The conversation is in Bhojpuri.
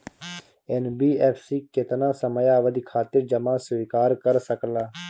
एन.बी.एफ.सी केतना समयावधि खातिर जमा स्वीकार कर सकला?